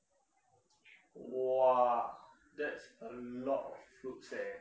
!wah! that's a lot of fruits eh